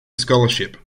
scholarship